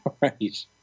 Right